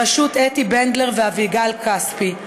בראשות אתי בנדלר ואביגל כספי,